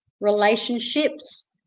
relationships